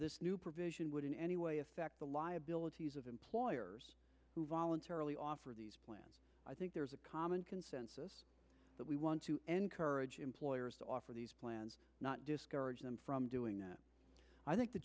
this new provision would in any way affect the liabilities of employers who voluntarily offer i think there's a common consensus that we want to encourage employers to offer these plans not discourage them from doing that i think the